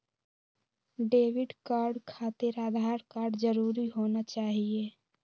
Debit card खातिर Aadhaar card जरूरी होना चाहिए?